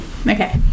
Okay